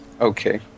Okay